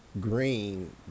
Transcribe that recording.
green